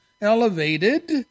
elevated